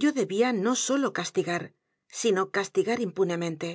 yo debía no sólo castigar sino castigar impunemente